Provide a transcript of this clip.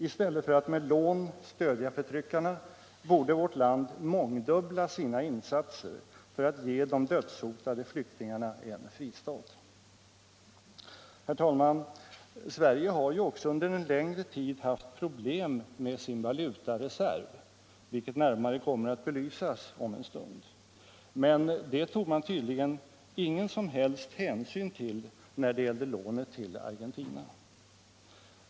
I stället för att med lån stödja förtryckarna borde vårt lund mångdubbla sina insatser för att ge de dödshotade flyktingarna en fristad. Herr talman! Sverige har ju också under en längre tid haft problem med sin valutareserv, vilket om en stund kommer att belysas närmare, men det tog man tydligen ingen som helst hänsyn till när det gällde lånet till Argentina.